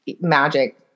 magic